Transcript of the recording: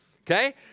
Okay